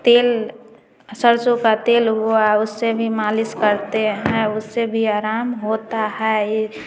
तेल सरसों का तेल हुआ उससे भी मालिश करते हैं उससे भी आराम होता है ये